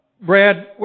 Brad